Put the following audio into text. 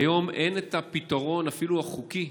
היום אין פתרון, אפילו חוקי,